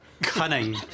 Cunning